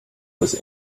was